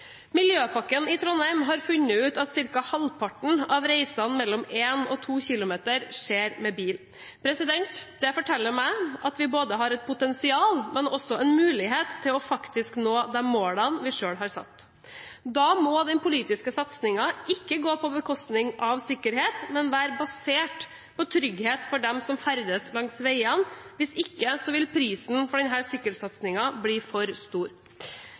Miljøpakken i Trondheim har funnet ut at ca. halvparten av reisene på mellom en og to kilometer skjer med bil. Det forteller meg at vi ikke bare har et potensial, men også en mulighet til faktisk å nå de målene vi selv har satt. Da må den politiske satsingen ikke gå på bekostning av sikkerhet, men være basert på trygghet for dem som ferdes langs veiene – hvis ikke vil prisen for denne sykkelsatsingen bli for stor.